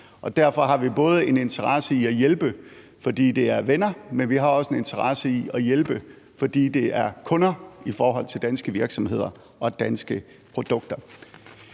Derfor har vi både en interesse i at hjælpe, fordi det er venner, men vi har også en interesse i at hjælpe, fordi det er kunder i forhold til danske virksomheder og danske produkter.